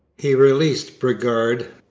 he released bridgar,